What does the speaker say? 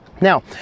Now